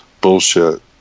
bullshit